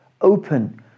open